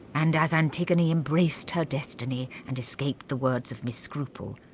and as antigone embraced her destiny and escaped the words of miss scruple,